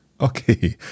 Okay